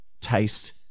taste